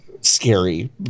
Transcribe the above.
scary